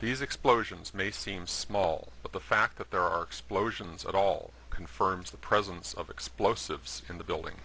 these explosions may seem small but the fact that there are explosions at all confirms the presence of explosives in the building